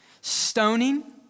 stoning